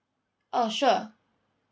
oh sure